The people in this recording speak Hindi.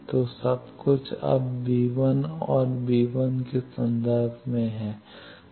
तो सब कुछ अब और के संदर्भ में है